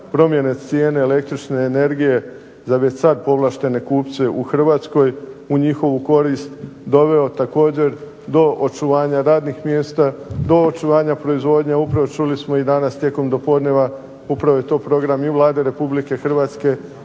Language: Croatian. promjene cijene električne energije za već sad povlaštene kupce u Hrvatskoj u njihovu korist doveo također do očuvanja radnih mjesta, do očuvanja proizvodnje. Upravo čuli smo i danas tijekom dopodneva, upravo je to program i Vlade Republike Hrvatske